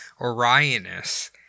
Orionis